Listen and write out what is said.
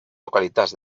localitats